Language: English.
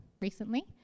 recently